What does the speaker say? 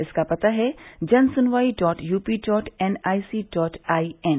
इसका पता है Jansunwai dot UP dot NIC dot I N